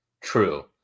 True